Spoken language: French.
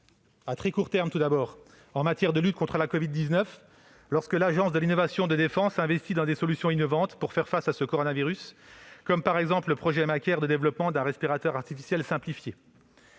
À très court terme, en matière de lutte contre la covid-19, l'Agence de l'innovation de défense a investi dans des solutions innovantes pour faire face à ce coronavirus, comme le projet MakAir de développement d'un respirateur artificiel simplifié.